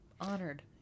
Honored